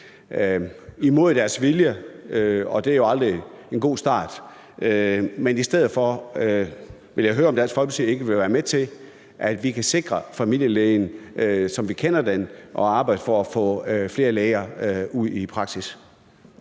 imod deres vilje, og det er jo aldrig en god start. Men i stedet for vil jeg høre, om Dansk Folkeparti ikke vil være med til, at vi kan sikre familielægen, som vi kender den, og arbejde for at få flere læger ud i praksis.